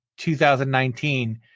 2019